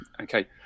okay